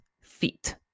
feet